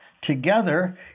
together